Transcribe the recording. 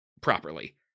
properly